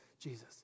Jesus